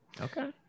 Okay